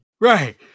Right